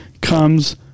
comes